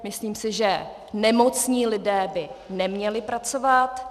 Myslím si, že nemocní lidé by neměli pracovat.